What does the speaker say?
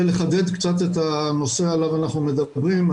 לחדד קצת את הנושא עליו אנחנו מדברים.